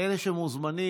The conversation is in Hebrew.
אלה שמוזמנים,